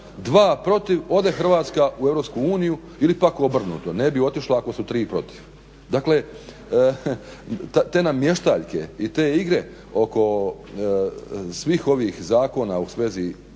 dva protiv, ode Hrvatska u EU ili pak obrnuto, ne bi otišla ako su tri protiv. Dakle, te namještaljke i te igre oko svih ovih zakona u svezi izbora